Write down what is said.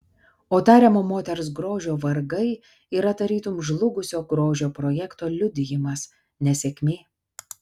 o tariamo moters grožio vargai yra tarytum žlugusio grožio projekto liudijimas nesėkmė